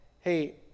hey